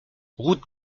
route